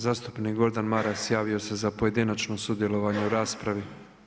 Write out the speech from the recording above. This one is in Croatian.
Zastupnik Gordan Maras javio se za pojedinačno sudjelovanje u raspravi.